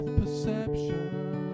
perception